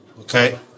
Okay